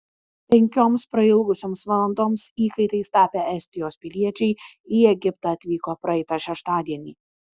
penkioms prailgusioms valandoms įkaitais tapę estijos piliečiai į egiptą atvyko praeitą šeštadienį